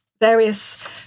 Various